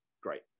great